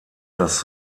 das